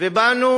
ובאנו